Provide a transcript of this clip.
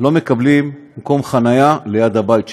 לא מקבלים מקום חניה ליד הבית שלהם.